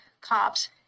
cops